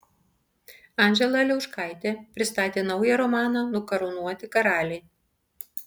anžela liauškaitė pristatė naują romaną nukarūnuoti karaliai